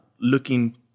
looking